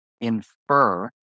infer